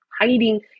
hiding